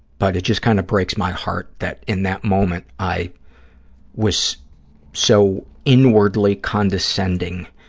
but it just kind of breaks my heart that, in that moment, i was so inwardly condescending